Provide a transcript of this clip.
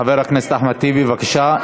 חבר הכנסת אחמד טיבי, בבקשה.